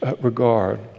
regard